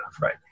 right